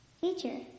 Teacher